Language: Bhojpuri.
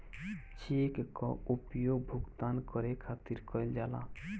चेक कअ उपयोग भुगतान करे खातिर कईल जाला